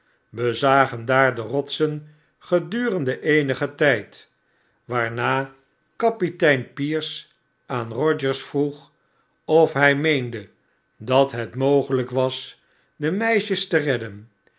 bezagen daar de rotsen gedurende eenigen tyd waarna kapitein pierce aan rogers vroeg of hi meende dat het mogelyk was de meisjes te redden